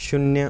शून्य